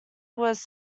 was